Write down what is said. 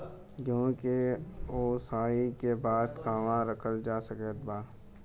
गेहूँ के ओसाई के बाद कहवा रखल जा सकत बा?